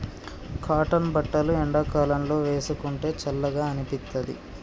cotton బట్టలు ఎండాకాలం లో వేసుకుంటే చల్లగా అనిపిత్తది